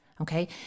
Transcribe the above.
Okay